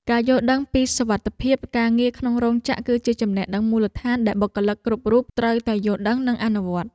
ការយល់ដឹងពីសុវត្ថិភាពការងារក្នុងរោងចក្រ គឺជាចំណេះដឹងមូលដ្ឋានដែលបុគ្គលិកគ្រប់រូបត្រូវតែយល់ដឹងនិងអនុវត្ត។